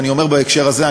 ואני אומר בהקשר הזה,